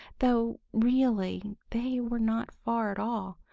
though really they were not far at all,